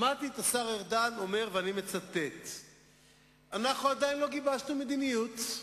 שמעתי את השר ארדן אומר: "אנחנו עדיין לא גיבשנו מדיניות".